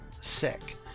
sick